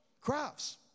Crafts